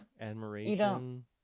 admiration